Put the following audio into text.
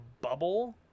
bubble